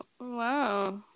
Wow